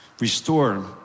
Restore